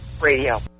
Radio